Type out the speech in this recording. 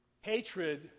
Hatred